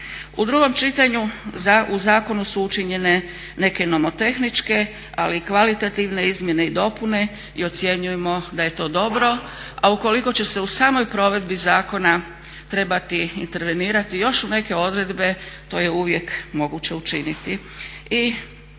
U drugom čitanju u zakonu su učinjene neke nomotehničke, ali i kvalitativne izmjene i dopune i ocjenjujemo da je to dobro, a ukoliko će se u samoj provedbi zakona trebati intervenirati još u neke odredbe to je uvijek moguće učiniti.